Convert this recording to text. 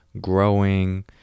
growing